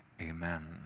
Amen